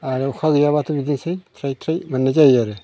आरो अखा गैयाब्लाथ' बिदिनोसै थ्राय थ्राय मोननाय जायो आरो